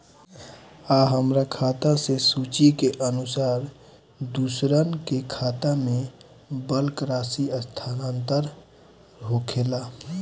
आ हमरा खाता से सूची के अनुसार दूसरन के खाता में बल्क राशि स्थानान्तर होखेला?